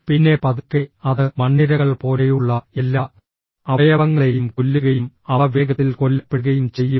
പിന്നെ പതുക്കെ അത് മണ്ണിരകൾ പോലെയുള്ള എല്ലാ അവയവങ്ങളെയും കൊല്ലുകയും അവ വേഗത്തിൽ കൊല്ലപ്പെടുകയും ചെയ്യും